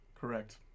Correct